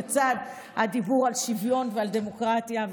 לצד הדיבור על שוויון ועל דמוקרטיה,